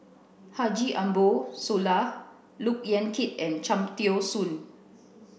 Haji Ambo Sooloh Look Yan Kit and Cham Tao Soon